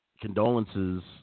condolences